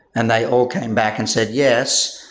and they all came back and said, yes.